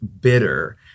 bitter